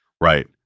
Right